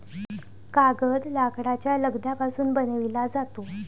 कागद लाकडाच्या लगद्यापासून बनविला जातो